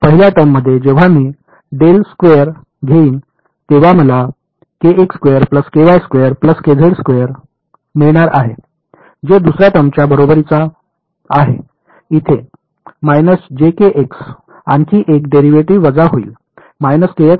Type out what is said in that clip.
पहिल्या टर्ममध्ये जेव्हा मी डेल स्क्वेअर घेईल तेव्हा मला मिळणार आहे जो दुसर्या टर्मच्या बरोबरीचा आहे इथे आणखी एक डेरिव्हेटिव्ह वजा होईल आणि इथे एक आहे